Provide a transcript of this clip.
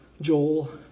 Joel